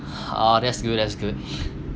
oh that's good that's good